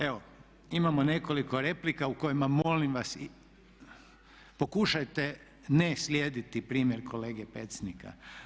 Evo imamo nekoliko replika u kojima molim vas pokušajte ne slijediti primjer kolege Pecnika.